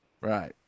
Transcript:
Right